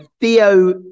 Theo